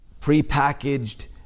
prepackaged